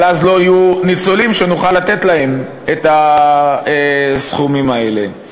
אבל אז לא יהיו ניצולים שנוכל לתת להם את הסכומים האלה?